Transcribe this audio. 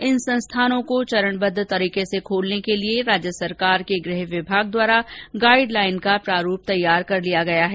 इन संस्थानों को चरणबद्द तरीके से खोलने के लिए राज्य सरकार के गृह विभाग द्वारा गाइड लाइन का प्रारूप तैयार कर लिया गया है